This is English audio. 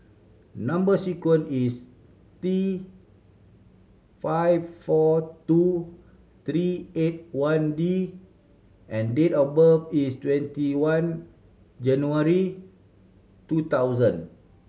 number sequence is T five four two three eight one D and date of birth is twenty one January two thousand